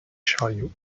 chariots